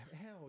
hell